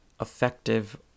effective